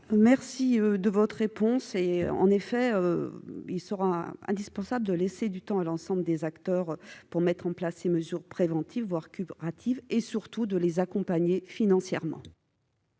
remercie de votre réponse, monsieur le ministre. Il est indispensable de laisser du temps à l'ensemble des acteurs de mettre en place ces mesures préventives, voire curatives, et surtout de les accompagner financièrement.